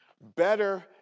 Better